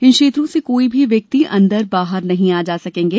इन क्षेत्रों से कोई भी व्यक्ति अंदर बाहर आ जा नहीं सकेंगे